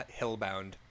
Hillbound